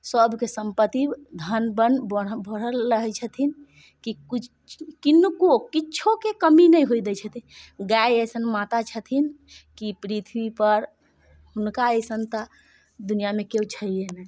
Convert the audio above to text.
सभके सम्पत्ति धन बन बनल बढ़ल रहै छथिन की किछु किनको किछोके कमी नहि होय दै छथिन गाय ऐसन माता छथिन कि पृथ्वीपर हुनका जैसन तऽ दुनिआँमे केओ छैहे नहि